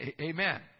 Amen